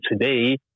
today